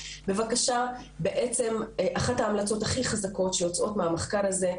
אחת ההמלצות הכי חזקות שיוצאות מהמחקר הזה,